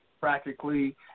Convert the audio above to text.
practically